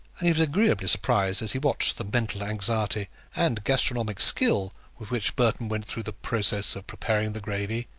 and he was agreeably surprised as he watched the mental anxiety and gastronomic skill with which burton went through the process of preparing the gravy,